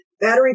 battery